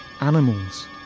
animals